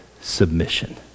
submission